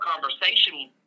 conversation